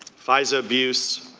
pfizer abuse,